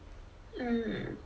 hmm